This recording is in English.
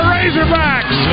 Razorbacks